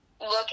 look